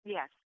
Yes